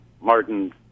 Martin